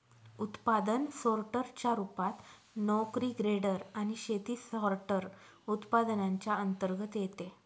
उत्पादन सोर्टर च्या रूपात, नोकरी ग्रेडर आणि शेती सॉर्टर, उत्पादनांच्या अंतर्गत येते